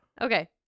Okay